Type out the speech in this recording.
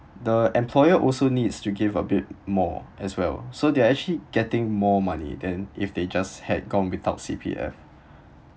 the employer also needs to give a bit more as well so they are actually getting more money than if they just had gone without C_P_F